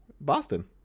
Boston